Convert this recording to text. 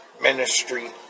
ministry